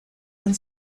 and